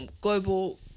global